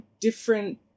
different